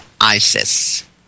ISIS